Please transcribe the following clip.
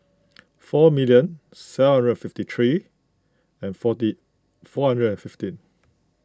four million seven hundred fifty three and forty four hundred and fifteen